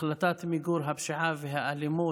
החלטת מיגור הפשיעה והאלימות,